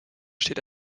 steht